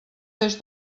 des